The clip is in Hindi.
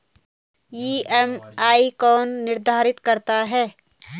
ई.एम.आई कौन निर्धारित करता है?